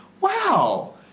wow